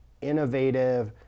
innovative